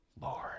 Lord